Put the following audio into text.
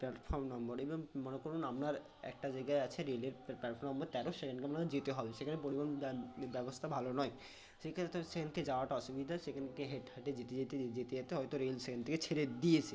platform number এবং মনে করুন আপনার একটা জায়গায় আছে রেলের প্ল্যাটফর্ম নম্বর তেরো সেখানে আপনাকে যেতে হবে সেখানে পরিবহন ব্যবস্থা ভালো নয় সেইখানে তো সেখানে যাওয়াটা অসুবিধা সেখানে হেঁটে হেঁটে যেতে যেতে যেতে যেতে যেতে হয়তো রেল সেখান থেকে ছেড়ে দিয়েছে